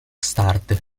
start